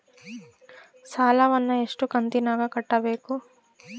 ಸಾಲವನ್ನ ಎಷ್ಟು ಕಂತಿನಾಗ ಕಟ್ಟಬೇಕು?